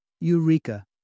Eureka